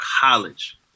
college